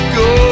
go